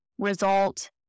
Result